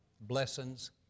blessings